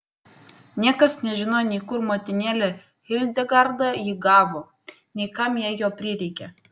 niekas nežinojo nei kur motinėlė hildegarda jį gavo nei kam jai jo prireikė